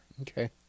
Okay